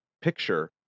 picture